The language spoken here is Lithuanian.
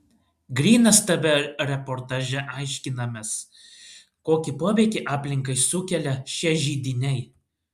grynas tv reportaže aiškinamės kokį poveikį aplinkai sukelia šie židiniai